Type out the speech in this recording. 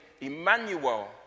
Emmanuel